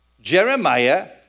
Jeremiah